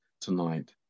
tonight